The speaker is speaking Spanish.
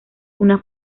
una